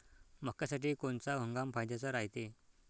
मक्क्यासाठी कोनचा हंगाम फायद्याचा रायते?